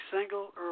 single